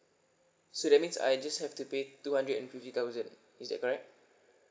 so that means I just have to pay two hundred and fifty thousand is that correct